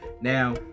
Now